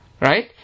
Right